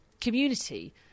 community